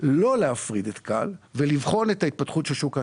לא להפריד את כאל ולבחון את ההתפתחות של שוק האשראי.